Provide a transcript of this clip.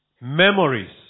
memories